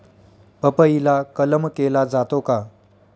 पपईला कलम केला जातो का?